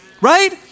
Right